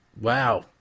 Wow